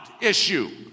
issue